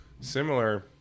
Similar